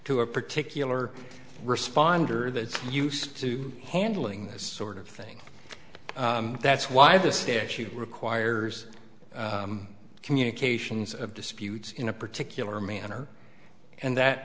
to a particular responder that's used to handling this sort of thing that's why the statute requires communications of disputes in a particular manner and that